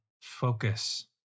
focus